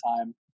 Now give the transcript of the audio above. time